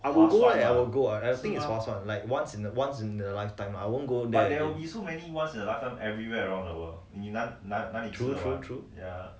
I will go eh I will go ah I think is 划算 like once once in a lifetime I won't go there true true true